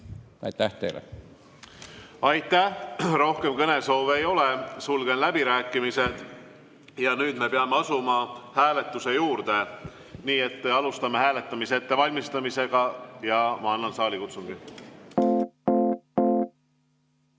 Aitäh teile! Aitäh! Rohkem kõnesoove ei ole, sulgen läbirääkimised. Nüüd me peame asuma hääletuse juurde, nii et alustame hääletamise ettevalmistamist ja ma annan saalikutsungi. Head